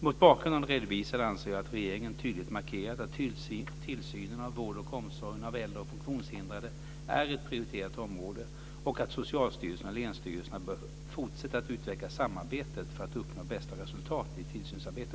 Mot bakgrund av det redovisade anser jag att regeringen tydligt markerat att tillsynen av vården och omsorgen av äldre och funktionshindrade är ett prioriterat område och att Socialstyrelsen och länsstyrelserna bör fortsätta att utveckla samarbetet för att uppnå bästa resultat i sitt tillsynsarbete.